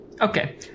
Okay